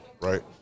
right